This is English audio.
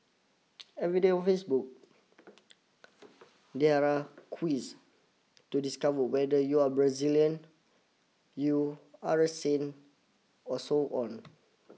every day on Facebook there are quiz to discover whether you are Brazilian you are a saint or so on